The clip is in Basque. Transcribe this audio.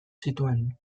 zituen